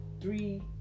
three